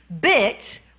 bit